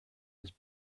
his